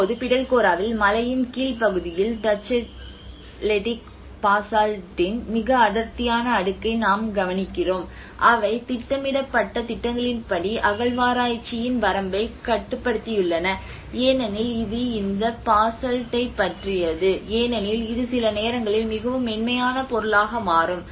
இப்போது பிடல்கோராவில் மழையின் கீழ் பகுதியில் டச்செலெடிக் பாசால்ட்டின் மிக அடர்த்தியான அடுக்கை நாம் கவனிக்கிறோம் அவை திட்டமிடப்பட்ட திட்டங்களின்படி அகழ்வாராய்ச்சியின் வரம்பைக் கட்டுப்படுத்தியுள்ளன ஏனெனில் இது இந்த பாசால்ட்டைப் பற்றியது ஏனெனில் இது சில நேரங்களில் மிகவும் மென்மையான பொருளாக மாறும்